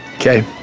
okay